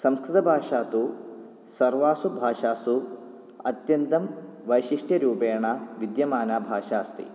संस्कृतभाषा तु सर्वासु भाषासु अत्यन्तं वैशिष्ट्यरूपेण विद्यमाना भाषा अस्ति